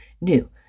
new